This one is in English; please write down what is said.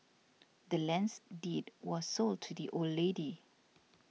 the land's deed was sold to the old lady